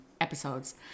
episodes